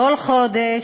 כל חודש,